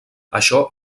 això